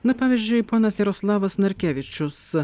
nu pavyzdžiui ponas jaroslavas narkevičius